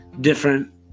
different